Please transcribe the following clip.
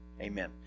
Amen